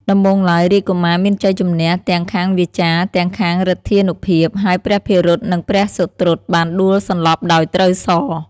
ដំបូងឡើងរាជកុមារមានជ័យជំនះ ទាំងខាងវាចា ទាំងខាងឫទ្ធានុភាព ហើយព្រះភិរុតនិងព្រះសុត្រុតបានដួលសន្លប់ដោយត្រូវសរ។